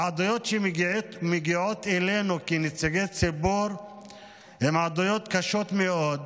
העדויות שמגיעות אלינו כנציגי ציבור הן עדויות קשות מאוד.